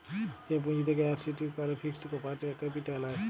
যে পুঁজি থাক্যে আর সেটির কল ফিক্সড ক্যাপিটা হ্যয় লায়